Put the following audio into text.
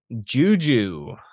Juju